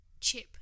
chip